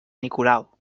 nicolau